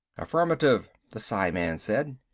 affirmative, the psiman said.